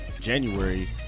january